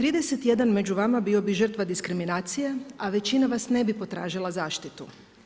31 među vama bio bi žrtva diskriminacije a većina vas ne bi potražila zaštitu.